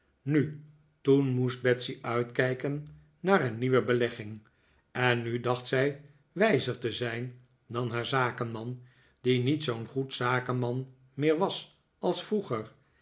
nu toen moest betsey uitkijken naar een nieuwe belegging en nu dacht zij wijzer te zijn dan haar zakenman die niet zoo'n goed zakenman meer was als vroeger